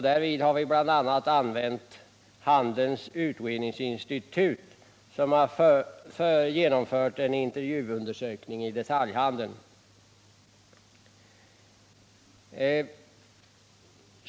Därvid har vi bl.a. anlitat Handelns utredningsinstitut som har genomfört en intervjuundersökning i detaljhandeln.